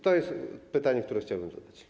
To jest pytanie, które chciałem zadać.